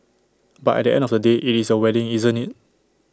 but at the end of the day IT is your wedding isn't IT